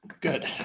Good